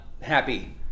happy